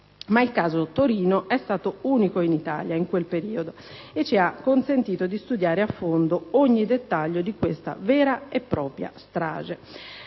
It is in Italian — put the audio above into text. Ma il caso Torino è stato unico in Italia, in quel periodo, e ci ha consentito di studiare a fondo ogni dettaglio di questa vera e propria strage».